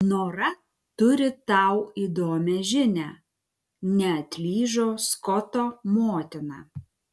nora turi tau įdomią žinią neatlyžo skoto motina